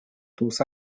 dos